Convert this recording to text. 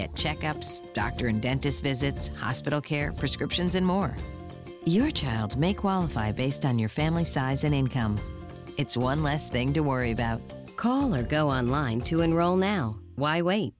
get checkups doctor and dentist visits hospital care prescriptions and more your child's may qualify based on your family size in income it's one less thing to worry about call or go online to enroll now why